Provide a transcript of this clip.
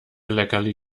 leckerli